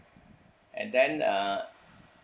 and then uh